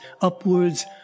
upwards